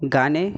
गाणे